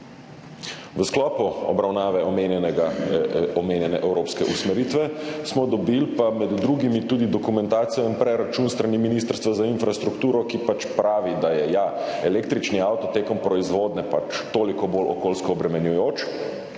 V sklopu obravnave omenjene evropske usmeritve smo dobili med drugimi tudi dokumentacijo in predračun s strani Ministrstva za infrastrukturo, ki pravi, da je električni avto med proizvodnjo pač toliko bolj okoljsko obremenjujoč,